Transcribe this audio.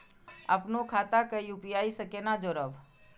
अपनो खाता के यू.पी.आई से केना जोरम?